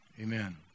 Amen